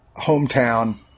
hometown